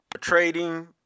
Trading